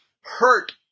hurt